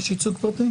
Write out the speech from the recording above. יש ייצוג פרטי.